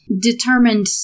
determined